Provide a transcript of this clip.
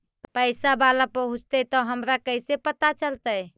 पैसा बाला पहूंचतै तौ हमरा कैसे पता चलतै?